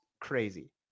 crazy